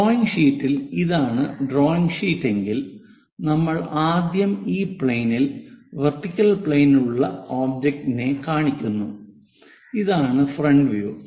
drawing ഷീറ്റിൽ ഇതാണ് drawing sheet എങ്കിൽ നമ്മൾ ആദ്യം ഈ പ്ലെയിനിൽ വെർട്ടിക്കൽ പ്ലെയിൻലുള്ള ഒബ്ജക്റ്റിനെ കാണിക്കുന്നു ഇതാണ് ഫ്രണ്ട് വ്യൂ